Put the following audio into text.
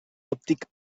òptic